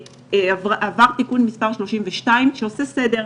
עבר תיקון מס' 32 שעושה סדר.